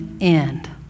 end